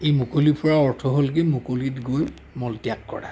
এই মুকলি ফুৰাৰ অৰ্থ হ'ল কি মুকলিত গৈ মলত্যাগ কৰা